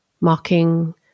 mocking